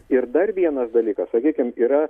ir dar vienas dalykas sakykim yra